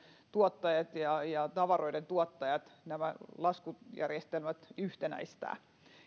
tuottajat ja ja tavaroiden tuottajat eli pitää nämä laskujärjestelmät yhtenäistää